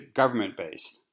government-based